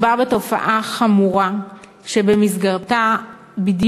מדובר בתופעה חמורה שבמסגרתה נרצחו,